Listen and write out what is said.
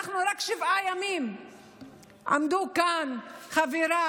רק לפני שבעה ימים עמדו כאן חבריי,